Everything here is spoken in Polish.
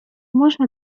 można